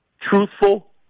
truthful